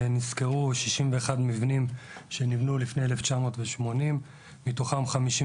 נסקרו 61 מבנים שנבנו לפני 1980. מתוכם 56